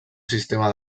sistema